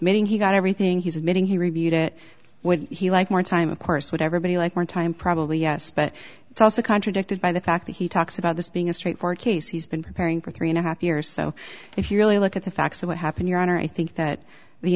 meeting he got everything he's admitting he reviewed it would he like more time of course would everybody like more time probably yes but it's also contradicted by the fact that he talks about this being a straightforward case he's been preparing for three and a half years so if you really look at the facts of what happened your honor i think that the